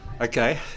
Okay